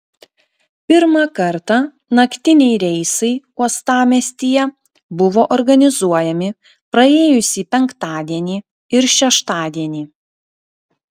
pirmą kartą naktiniai reisai uostamiestyje buvo organizuojami praėjusį penktadienį ir šeštadienį